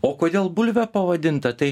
o kodėl bulve pavadinta tai